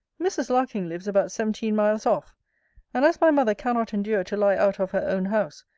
mrs. larking lives about seventeen miles off and as my mother cannot endure to lie out of her own house,